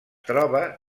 troba